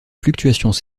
fluctuations